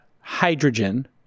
hydrogen